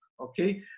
okay